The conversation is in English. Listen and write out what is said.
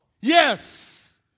Yes